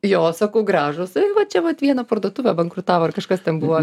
jo sakau gražūs va čia vat viena parduotuvė bankrutavo ar kažkas ten buvo